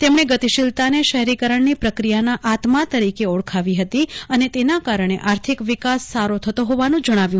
તેમણે ગતિશીલતાને શહેરીકરણની પ્રક્રિયાના આત્મા તરીકે ઓળખાવી હતી અને તેના કારણે આર્થિક વિકાસ સારો થતો હોવાનું જણાવ્યું